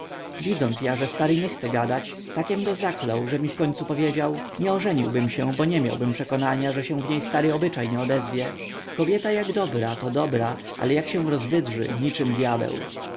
widząc ja że stary nie chce gadać takiem go zaklął że mi wkońcu powiedział nie ożeniłbym się bo nie miałbym przekonania że się w niej stary obyczaj nie odezwie kobieta jak dobra to dobra ale jak się rozwydrzy niczem dyabeł